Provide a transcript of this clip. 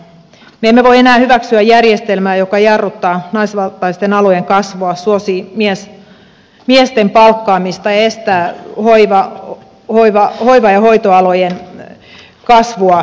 me emme voi enää hyväksyä järjestelmää joka jarruttaa naisvaltaisten alojen kasvua suosii miesten palkkaamista ja estää esimerkiksi hoiva ja hoitoalojen kasvua